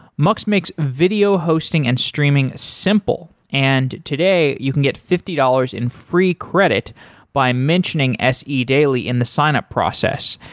mux makes video hosting and streaming simple. and today, you can get fifty dollars in free credit by mentioning se daily in the sign-up process.